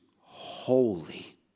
holy